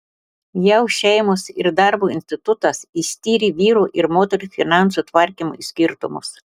jav šeimos ir darbo institutas ištyrė vyrų ir moterų finansų tvarkymo skirtumus